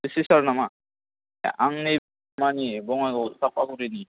D C सार नामा आंनि माने बङाइगाव साफागुरिनि